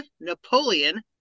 Napoleon